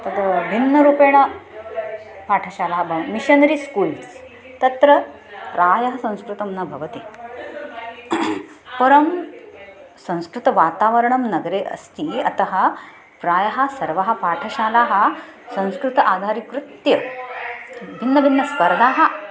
तद् भिन्नरूपेण पाठशालाः बव मिशनरि स्कूल्स् तत्र प्रायः संस्कृतं न भवति परं संस्कृतवातावरणं नगरे अस्ति अतः प्रायः सर्वाः पाठशालाः संस्कृतम् आधारिकृत्य भिन्नभिन्नस्पर्धाः